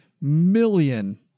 million